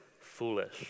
foolish